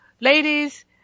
ladies